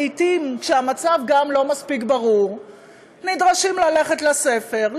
לעתים כשהמצב גם לא מספיק ברור נדרשים ללכת לספר,